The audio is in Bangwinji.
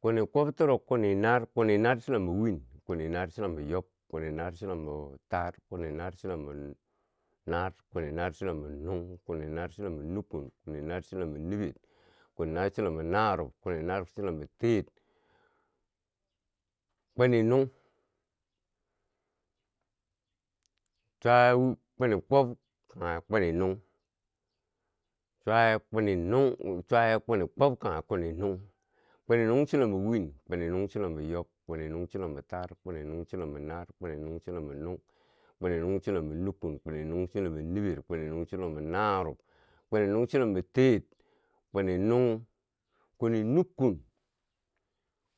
Kwini kwob toro kwini naar, kwini naar chulombo win, kwini nar chulombo yob, kwini naar chulombo taar, kwini naar chulombo naar, kwini naar chulombo nuung, kwini naar chulombo nukkun, kwini naar chulombo niber, kwini naar chulombo narob, kwini naar chulombo teer, kwini nuung, chwaye kwini kwob kanghe kwini nung kwini nung chilombo win, kwini nung chilombo yob, kwini nung chilombo taar, kwini nung chilombo naar, kwini nuung chilombo nung, kwini nung chilombo nukkun, kwini nung chilombo niber, kwini nung chilombo narob, kwini nung chilombo teer, kwini nung, kwini nukkun,